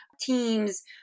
teams